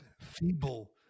feeble